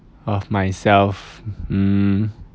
of myself mm